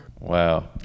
Wow